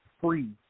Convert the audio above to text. free